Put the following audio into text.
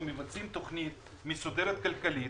אנחנו מבצעים תכנית מסודרת כלכלית